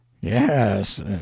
Yes